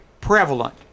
prevalent